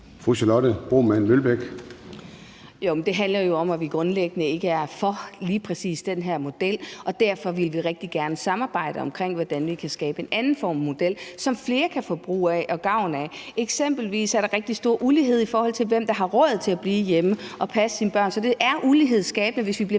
Det handler jo om, at vi grundlæggende ikke er for lige præcis den her model. Derfor ville vi rigtig gerne samarbejde om, hvordan vi kan skabe en anden form for model, som flere kan få gavn af. Eksempelvis er der rigtig stor ulighed, i forhold til hvem der har råd til at blive hjemme og passe sine børn. Så det er ulighedsskabende, hvis vi bliver